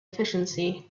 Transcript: efficiency